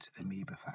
amoeba